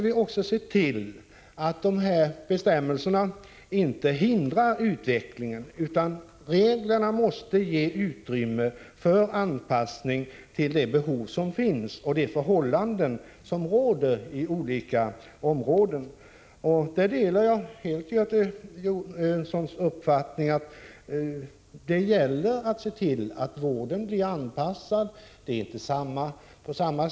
Vi måste se till att bestämmelserna inte hindrar utvecklingen — reglerna måste ge utrymme för anpassning till de behov som finns och de förhållanden som råder inom olika områden. Jag delar helt Göte Jonssons uppfattning att det gäller att se till att vården blir anpassad efter behoven och förhållandena.